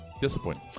Disappointing